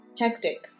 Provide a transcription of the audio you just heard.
Hectic